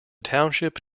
township